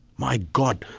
my god,